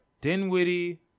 Dinwiddie